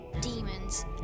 demons